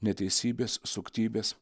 neteisybės suktybės